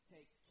Take